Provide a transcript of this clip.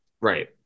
Right